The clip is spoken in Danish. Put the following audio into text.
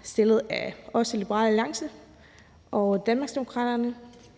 fremsat af os i Liberal Alliance, Danmarksdemokraterne,